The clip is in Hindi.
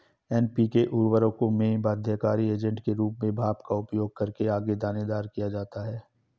एन.पी.के उर्वरकों में बाध्यकारी एजेंट के रूप में भाप का उपयोग करके आगे दानेदार किया जाता है